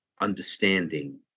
understanding